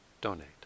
donate